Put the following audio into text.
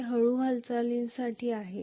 हे हळू हालचालीसाठी आहे